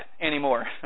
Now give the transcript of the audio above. anymore